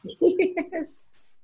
Yes